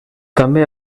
també